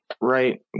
right